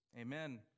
Amen